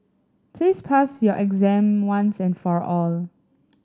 please pass your exam once and for all